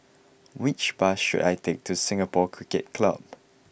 which bus should I take to Singapore Cricket Club